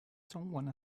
someone